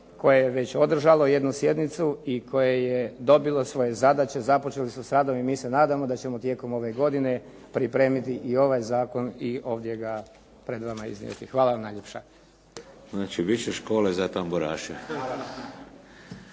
koje je već održalo jednu sjednicu i koje je dobilo svoje zadaće. Započeli su s radom i mi se nadamo da ćemo tijekom ove godine pripremiti i ovaj zakon i ovdje ga pred vama iznijeti. Hvala vam najljepša. **Šeks, Vladimir